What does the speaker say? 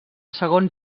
segon